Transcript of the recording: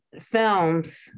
films